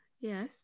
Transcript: Yes